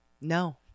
No